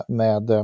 med